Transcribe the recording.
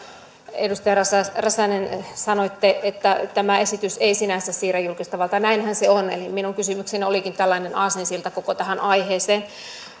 edustaja räsänen sanoitte että tämä esitys ei sinänsä siirrä julkista valtaa näinhän se on minun kysymykseni olikin tällainen aasinsilta koko tähän aiheeseen